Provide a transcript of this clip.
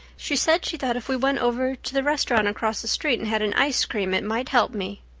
she said she thought if we went over to the restaurant across the street and had an ice cream it might help me.